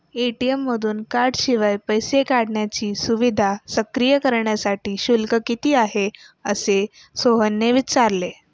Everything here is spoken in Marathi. ए.टी.एम मधून कार्डशिवाय पैसे काढण्याची सुविधा सक्रिय करण्यासाठी शुल्क किती आहे, असे सोहनने विचारले